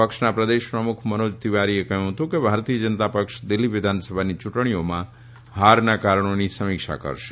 પક્ષના પ્રદેશ પ્રમુખ મનોજ તિવારીએ કહ્યું હતું કે ભારતીય જનતા પક્ષ દિલ્હી વિધાનસભાની યુંટણીઓમાં હારના કારણોની સમીક્ષા કરશે